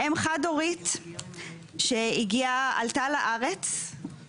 אם חד הורית שעלתה לארץ,